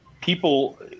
people